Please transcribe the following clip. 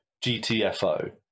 GTFO